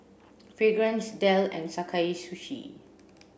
Fragrance Dell and Sakae Sushi